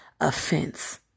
offense